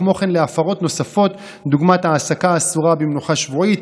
וכן להפרות נוספות דוגמת העסקה אסורה במנוחה שבועית,